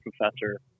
professor